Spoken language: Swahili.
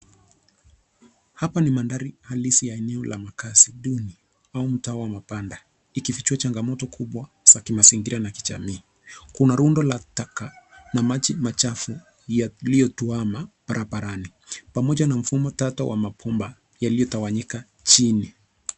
Hapa ni mandhari halisi ya eneo la makazi duni au mtaa wa mabanda, ikifuchua changamoto kubwa za kimazingira na kijamii. Kuna rundo la taka na maji machafu yaliyotuama barabarani, pamoja na mfumo tata wa mabomba yaliyotawanyika chini.